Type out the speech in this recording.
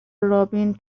رابین